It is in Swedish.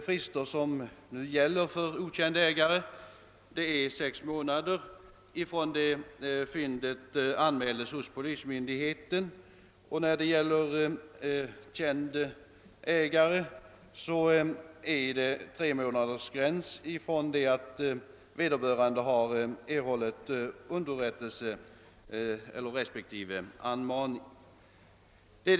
De nuvarande fristerna är för okänd ägare sex månader från det fyndet anmälts hos polismyndigheten och för känd ägare tre månder från det att vederbörande erhållit underrättelse om att godset upphittats.